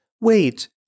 Wait